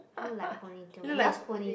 look like ponytail eh yours ponytail